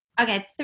Okay